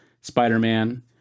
spider-man